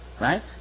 right